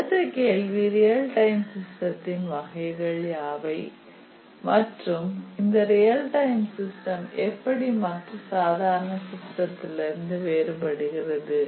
அடுத்த கேள்வி real time சிஸ்டத்தின் வகைகள் யாவை மற்றும் இந்த ரியல் டைம் சிஸ்டம் எப்படி மற்ற சாதாரண சிஸ்டத்திலிருந்து வேறுபடுகிறது